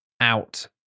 out